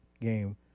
game